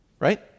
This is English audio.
right